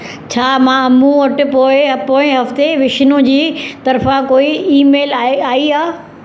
छा मां मूं वटि पोएं पोएं हफ़्ते बिष्णू जी तरफां कोइ ईमेल आहे आई आहे